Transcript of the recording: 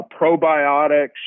probiotics